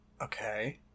Okay